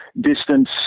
Distance